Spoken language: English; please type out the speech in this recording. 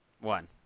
One